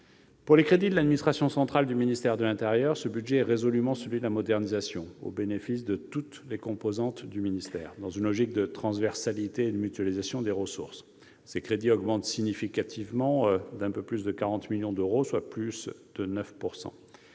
Pour les crédits de l'administration centrale du ministère de l'intérieur, ce budget est résolument celui de la modernisation au bénéfice de toutes les composantes du ministère, dans une logique de transversalité et de mutualisation des ressources. Ces crédits augmentent de manière significative, à hauteur de 9 %, soit d'un peu plus de 40